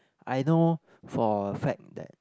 I know for a fact that